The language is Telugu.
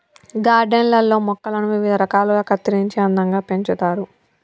గార్డెన్ లల్లో మొక్కలను వివిధ రకాలుగా కత్తిరించి అందంగా పెంచుతారు